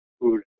food